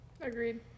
agreed